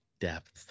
Depth